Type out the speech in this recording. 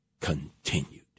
continued